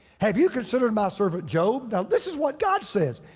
have you considered my servant job? now this is what god says,